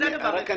את